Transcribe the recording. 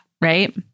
right